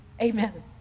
Amen